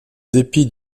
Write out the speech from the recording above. dépit